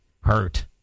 hurt